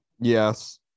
Yes